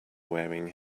wearing